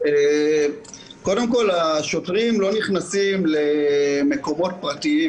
קודם כל, השוטרים לא נכנסים למקומות פרטיים.